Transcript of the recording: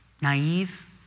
naive